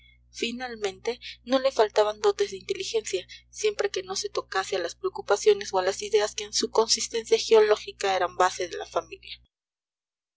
finalmente no le faltaban dotes de inteligencia siempre que no se tocase a las preocupaciones o a las ideas que en su consistencia geológica eran base de la familia